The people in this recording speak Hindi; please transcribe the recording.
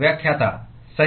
व्याख्याता सही